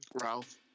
Ralph